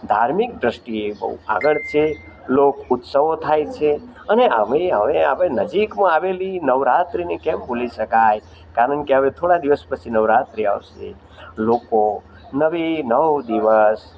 ધાર્મિક દૃષ્ટિએ બહુ આગળ છે લોક ઉત્સવો થાય છે અને આમે હવે નજીકમાં આવેલી નવરાત્રિને કેમ ભૂલી શકાય કારણ કે હવે થોડા દિવસ પછી નવરાત્રિ આવશે લોકો નવે નવ દિવસ